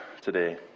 today